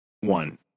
One